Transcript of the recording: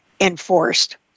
enforced